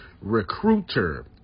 Recruiter